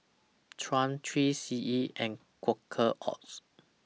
Triumph three C E and Quaker Oats